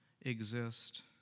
exist